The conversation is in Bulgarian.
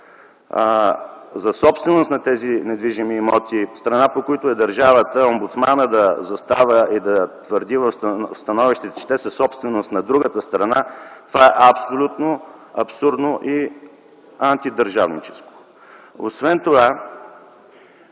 за собственост на тези недвижими имоти, страна по които е държавата, омбудсманът да застава и да твърди в становище, че те са собственост на другата страна, това е абсолютно абсурдно и антидържавническо. Освен това